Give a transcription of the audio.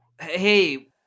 Hey